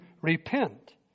repent